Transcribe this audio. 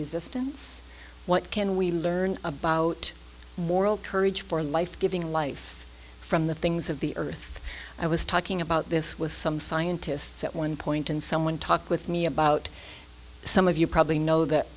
resistance what can we learn about moral courage for life giving life from the things of the earth i was talking about this with some scientists at one point and someone talk with me about some of you probably know th